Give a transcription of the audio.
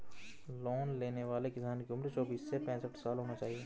loan लेने वाले किसान की उम्र चौबीस से पैंसठ साल होना चाहिए